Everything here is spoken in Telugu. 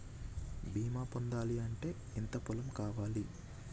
బీమా పొందాలి అంటే ఎంత పొలం కావాలి?